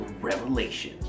Revelation